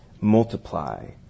Multiply